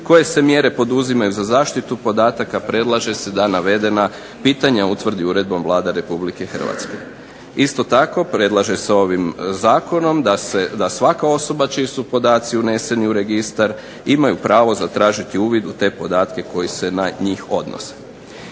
koje se mjere poduzimaju za zaštitu podataka, predlaže se da navedena pitanja utvrdi uredbom Vlada Republike Hrvatske. Isto tako predlaže se ovim zakonom da svaka osoba čiji su podaci uneseni u registar imaju pravo zatražiti uvid u te podatke koji se na njih odnose.